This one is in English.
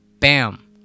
BAM